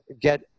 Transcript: get